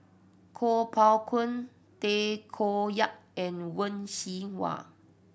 Kuo Pao Kun Tay Koh Yat and Wen Jinhua